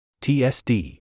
tsd